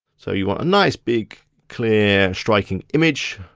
so you want a nice big, clear, striking image.